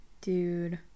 dude